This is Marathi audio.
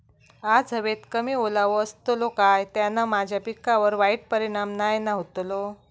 आज हवेत कमी ओलावो असतलो काय त्याना माझ्या पिकावर वाईट परिणाम नाय ना व्हतलो?